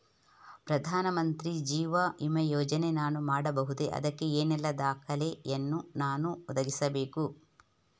ಪ್ರಧಾನ ಮಂತ್ರಿ ಜೀವ ವಿಮೆ ಯೋಜನೆ ನಾನು ಮಾಡಬಹುದೇ, ಅದಕ್ಕೆ ಏನೆಲ್ಲ ದಾಖಲೆ ಯನ್ನು ನಾನು ಒದಗಿಸಬೇಕು?